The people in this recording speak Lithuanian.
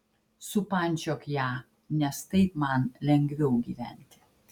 supančiok ją nes taip man lengviau gyventi